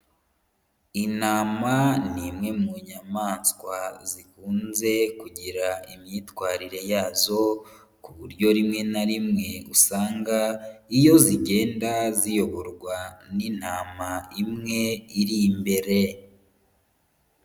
Intama ni imwe mu nyamaswa zikunze kugira imyitwarire yazo, ku buryo rimwe na rimwe usanga iyo zigenda ziyoborwa n'intama imwe iri imbere.